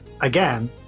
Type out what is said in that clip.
again